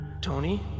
Tony